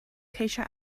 ceisio